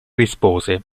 rispose